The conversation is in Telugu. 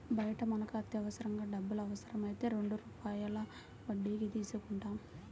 బయట మనకు అత్యవసరంగా డబ్బులు అవసరమైతే రెండు రూపాయల వడ్డీకి తీసుకుంటాం